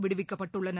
விடுவிக்கப்பட்டுள்ளனர்